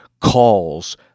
calls